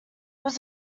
was